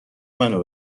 منو